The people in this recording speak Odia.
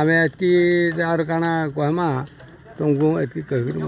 ଆମେ ଏତ୍କି ଆର୍ କାଣା କହେମା ତମ୍କୁ ଏତ୍କି କହେମି ନ